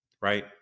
Right